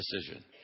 decision